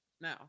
No